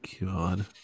god